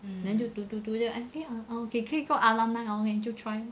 then 就读读读 then I think okay 也可以做 alumni hor then 就 try